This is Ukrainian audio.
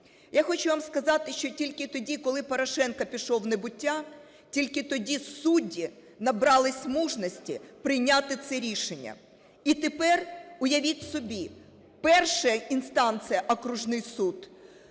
Я хочу вам сказати, що тільки тоді, коли Порошенко пішов в небуття, тільки тоді судді набралися мужності прийняти це рішення. І тепер, уявіть собі, перша інстанція – окружний суд,